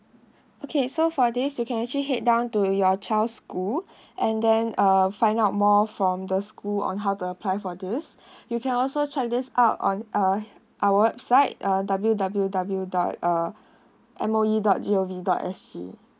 okay so for this you can actually head down to your child's school and then uh find out more from the school on how to apply for this you can also try this out on uh our website err W W W dot err M O E dot G O V dot S G